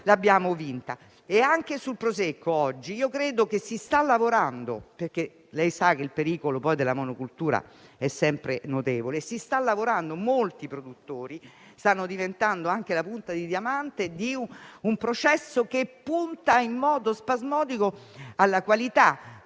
l'abbiamo vinta. Anche sul Prosecco oggi credo si stia lavorando: come sa, il pericolo della monocoltura è notevole; molti produttori, infatti, stanno diventando anche la punta di diamante di un processo che punta in modo spasmodico sulla qualità